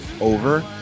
over